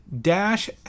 dash